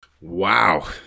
Wow